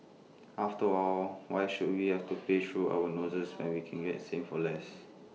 after all why should we have to pay through our noses when we can get same for less